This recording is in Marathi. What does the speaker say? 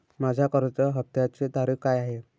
माझ्या कर्ज हफ्त्याची तारीख काय आहे?